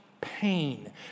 pain